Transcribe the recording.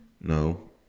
No